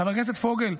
חבר הכנסת פוגל,